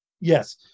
Yes